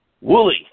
Wooly